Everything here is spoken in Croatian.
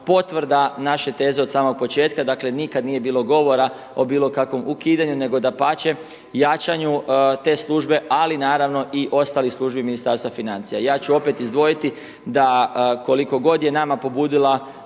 potvrda naše teze od samog početka, dakle nikad nije bilo govora o bilo kakvom ukidanju nego dapače, jačanju te službe, ali naravno i ostalih službi Ministarstva financija. Ja ću opet izdvojiti da koliko god je nama pobudila